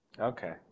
Okay